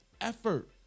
Effort